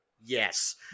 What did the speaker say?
Yes